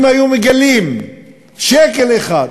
אם היו מגלים שקל אחד,